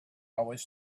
always